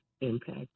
impact